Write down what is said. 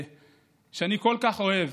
שאני כל כך אוהב